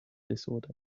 disorder